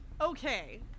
Okay